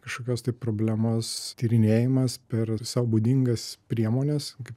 kažkokios tai problemos tyrinėjimas per sau būdingas priemones kaip